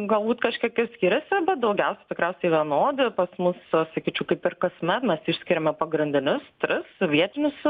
galbūt kažkiek ir skiriasi bet daugiausiai tikriausiai vienodi pas mus sakyčiau kaip ir kasmet mes išskiriame pagrindinius tris vietinius